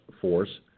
force